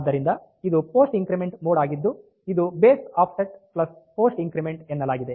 ಆದ್ದರಿಂದ ಇದು post increment mode ಆಗಿದ್ದು ಇದನ್ನು base offset plus post increment ಎನ್ನಲಾಗಿದೆ